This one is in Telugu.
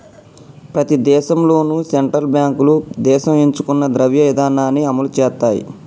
ప్రతి దేశంలోనూ సెంట్రల్ బ్యాంకులు దేశం ఎంచుకున్న ద్రవ్య ఇధానాన్ని అమలు చేత్తయ్